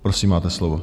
Prosím, máte slovo.